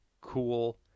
cool